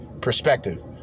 perspective